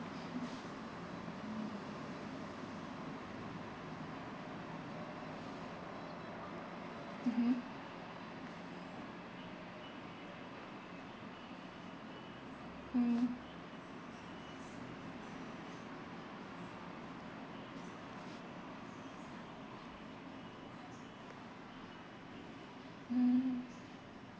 okay mmhmm mm mm